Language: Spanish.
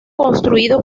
construido